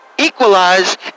equalize